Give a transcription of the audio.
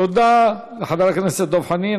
תודה לחבר הכנסת דב חנין.